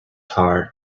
heart